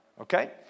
Okay